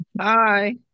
Hi